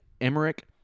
Emmerich